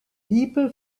people